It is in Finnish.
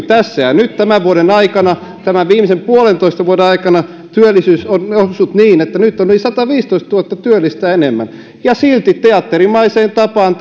tässä ja nyt tämän vuoden aikana tämän viimeisen puolentoista vuoden aikana työllisyys on noussut niin että nyt on yli sataviisitoistatuhatta työllistä enemmän ja silti teatterimaiseen tapaan